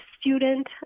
student